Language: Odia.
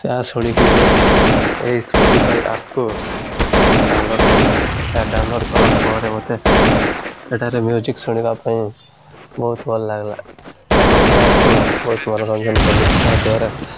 ଏହା ଶୁଣିକି ମୁଁ ଏହି ସ୍ପଟିଫାଏ ଆପ୍କୁ ଡାଉନଲୋଡ଼୍ କଲି ଏହା ଡାଉନଲୋଡ଼୍ କଲା ପରେ ମୋତେ ଏଠାରେ ମ୍ୟୁଜିକ୍ ଶୁଣିବା ପାଇଁ ବହୁତ ଭଲ ଲାଗିଲା ଏବଂ ଏହାକୁ ବହୁତ ମନୋରଞ୍ଜନ କଲି ଏହାଦ୍ୱାରା